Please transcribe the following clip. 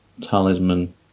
talisman